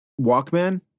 Walkman